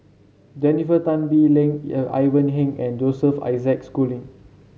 Jennifer Tan Bee Leng Ivan Heng and Joseph Isaac Schooling